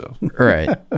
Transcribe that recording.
Right